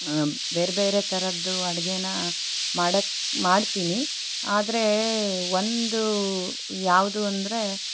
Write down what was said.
ಬೇರೆ ಬೇರೆ ಥರದ್ದು ಅಡುಗೆನ ಮಾಡೋಕ್ಕೆ ಮಾಡು ಮಾಡ್ತೀನಿ ಆದರೆ ಒಂದು ಯಾವುದು ಅಂದರ